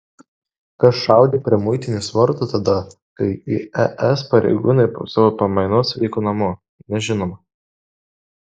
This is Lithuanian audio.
kas šaudė prie muitinės vartų tada kai į es pareigūnai po savo pamainos vyko namo nežinoma